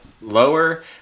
lower